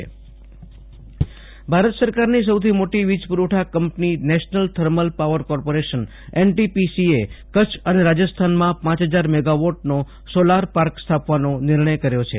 Ashutosh Antani Kutch solar park Bharat સરકારની સૈથી મોટી વીજ પૂરવઠા કંપની national thermal power corporation NTPC એ કચ્છ અને રાજસ્થાનમાં પાંચ હજાર મેગાવોટનો સોલાર પાર્ક સ્થાપવાનો નિર્ષ્નય કર્યો છે